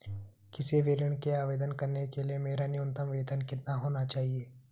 किसी भी ऋण के आवेदन करने के लिए मेरा न्यूनतम वेतन कितना होना चाहिए?